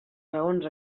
raons